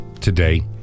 today